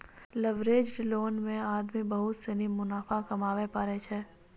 leveraged loan मे आदमी बहुत सनी मुनाफा कमाबै पारै छै